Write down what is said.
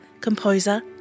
composer